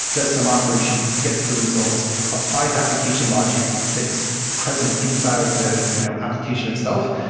does some operations, gets the results, applies application logic that's present inside the you know application itself.